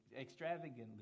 extravagantly